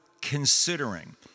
considering